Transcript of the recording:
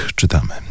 czytamy